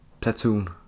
platoon